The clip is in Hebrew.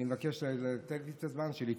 אני מבקש לתת לי את הזמן שלי.